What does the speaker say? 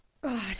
God